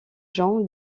jean